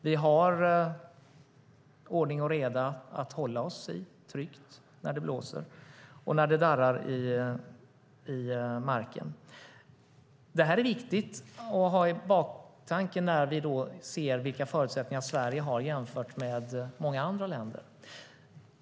Vi har ordning och reda och har någonting att tryggt hålla oss i när det blåser och när det darrar i marken. Detta är viktigt att ha i baktankarna när vi ser vilka förutsättningar Sverige har jämfört med många andra länder.